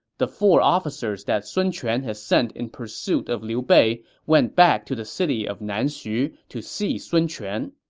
the four officers that sun quan had sent in pursuit of liu bei went back to the city of nanxu to see sun quan.